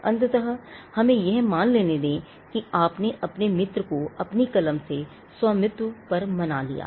अंततः हमें यह मान लेने दें कि आपने अपने मित्र को अपनी कलम के स्वामित्व पर मना लिया है